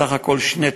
בסך הכול, שני תיקים,